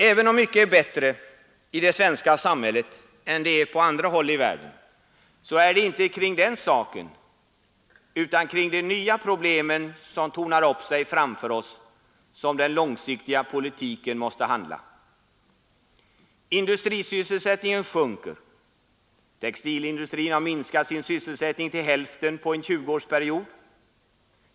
Även om mycket är bättre i det svenska samhället än det är på andra håll i världen, så är det inte kring den saken utan kring de nya problemen som tornar upp sig framför oss som den långsiktiga politiken måste handla. Industrisysselsättningen sjunker: textilindustrin har minskat sin sysselsättning till hälften på en 20-årsperiod.